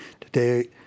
Today